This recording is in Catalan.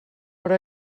però